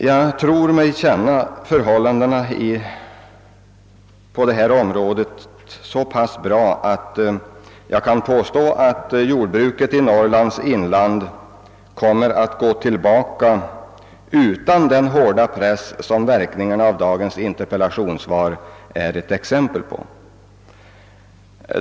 Jag tror mig känna förhållandena på detta område så pass bra att jag kan påstå, att jordbruket i Norrlands inland kommer att gå tillbaka även utan den hårda press som verkningarna av dagens interpellationssvar är ett exempel på.